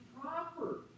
proper